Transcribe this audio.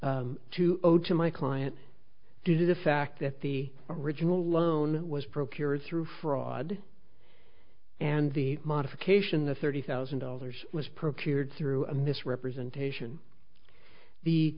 e to go to my client due to the fact that the original loan was procured through fraud and the modification the thirty thousand dollars was procured through a mis representation the